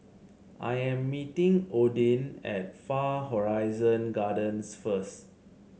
I am meeting Odin at Far Horizon Gardens first